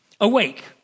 awake